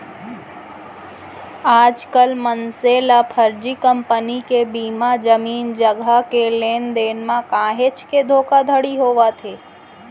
आजकल मनसे ल फरजी कंपनी के बीमा, जमीन जघा के लेन देन म काहेच के धोखाघड़ी होवत हे